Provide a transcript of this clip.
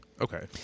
Okay